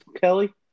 Kelly